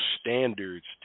standards